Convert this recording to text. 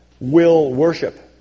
will-worship